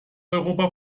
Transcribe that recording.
europa